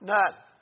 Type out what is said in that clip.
None